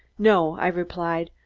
no, i replied,